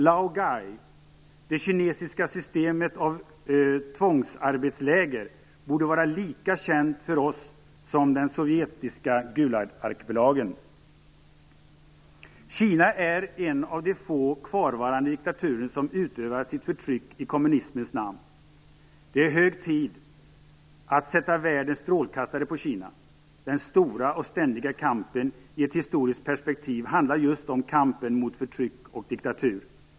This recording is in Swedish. Lao-Gai, det kinesiska systemet av tvångsarbetsläger, borde vara lika känt för oss som den sovjetiska Gulagarkipelagen. Kina är en av de få kvarvarande diktaturer som utövar sitt förtryck i kommunismens namn. Det är hög tid att sätta världens strålkastarljus på Kina. Den stora och ständiga kampen i ett historiskt perspektiv handlar just om kampen mot förtryck och diktatur.